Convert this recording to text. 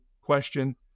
question